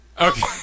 Okay